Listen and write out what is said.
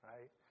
Right